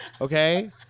okay